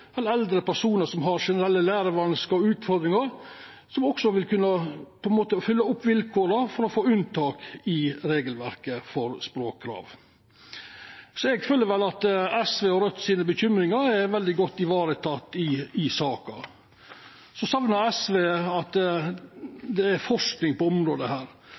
eller eldre personar som har generelle lærevanskar og utfordringar, som vil kunna fylla vilkåra for å få unntak i regelverket for språkkrav. Så eg føler vel at SV og Raudt sine bekymringar er godt varetekne i saka. Så saknar SV forsking på dette området. Det er verdt å merka seg at det er